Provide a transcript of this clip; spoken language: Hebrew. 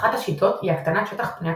אחת השיטות היא הקטנת שטח פני התקפה.